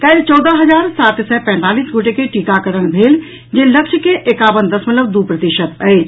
काल्हि चौदह हजार सात सय पैंतालीस गोटे के टीकाकरण भेल जे लक्ष्य के एकावन दशमलव दू प्रतिशत अछि